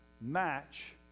match